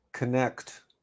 Connect